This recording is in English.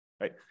right